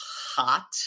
hot